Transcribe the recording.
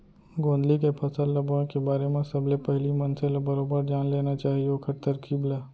गोंदली के फसल ल बोए के बारे म सबले पहिली मनसे ल बरोबर जान लेना चाही ओखर तरकीब ल